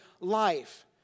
life